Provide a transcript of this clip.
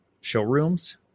showrooms